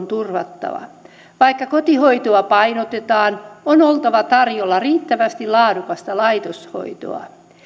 turvattava vaikka kotihoitoa painotetaan on oltava tarjolla riittävästi laadukasta laitoshoitoa